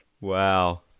wow